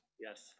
Yes